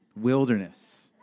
wilderness